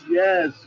yes